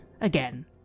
Again